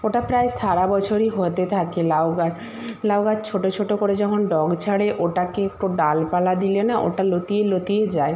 ওটা প্রায় সারা বছরই হতে থাকে লাউ গাছ লাউ গাছ ছোটো ছোটো করে যখন ডগা ছাড়ে ওটাকে একটু ডালপালা দিলে না ওটা লতিয়ে লতিয়ে যায়